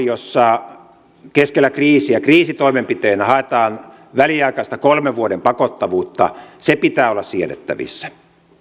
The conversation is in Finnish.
jossa keskellä kriisiä kriisitoimenpiteenä haetaan väliaikaista kolmen vuoden pakottavuutta pitää olla siedettävissä